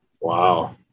wow